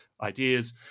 ideas